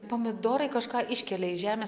pomidorai kažką iškelia iš žemės